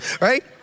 right